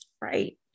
Right